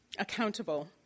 accountable